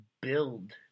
build